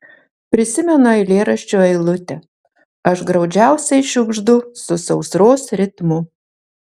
prisimenu eilėraščio eilutę aš graudžiausiai šiugždu su sausros ritmu